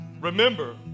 Remember